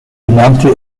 benannte